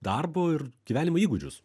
darbo ir gyvenimo įgūdžius